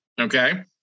Okay